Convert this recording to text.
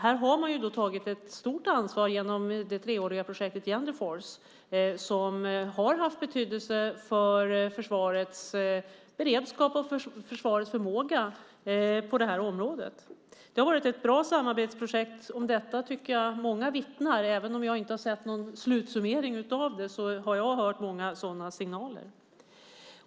Här har man tagit ett stort ansvar genom det treåriga projektet Genderforce, som har haft betydelse för försvarets beredskap och försvarets förmåga på området. Det har varit ett bra samarbetsprojekt. Jag tycker att många vittnar om det. Även om jag inte har sett någon slutsummering av det har jag hört många sådana signaler.